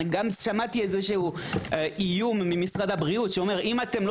שמעתי גם איום ממשרד הבריאות שאומר: אם לא